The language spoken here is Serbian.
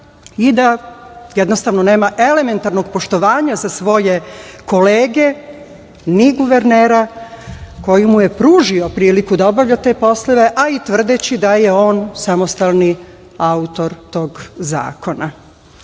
i da jednostavno nema elementarnog poštovanja za svoje kolege ni guvernera koji mu je pružio priliku da obavlja te poslove, a i tvrdeći da je on samostalni autor tog zakona. Narodna